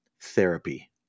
therapy